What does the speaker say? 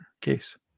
case